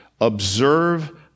observe